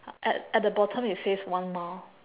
at at the bottom it says one mile